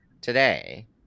today